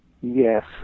Yes